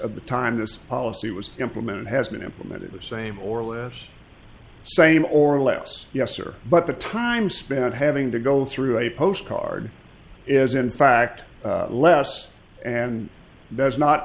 of the time this policy was implemented has been implemented the same or less same or less yes or but the time spent having to go through a postcard is in fact less and does not